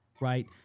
right